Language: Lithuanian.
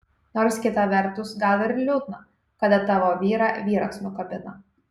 nors kita vertus gal ir liūdna kada tavo vyrą vyras nukabina